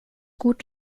gut